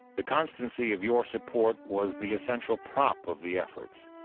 the constancy of your support was the essential prop of the efforts,